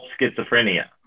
schizophrenia